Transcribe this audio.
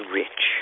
rich